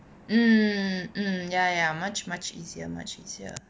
mm mm mm ya ya much much easier much easier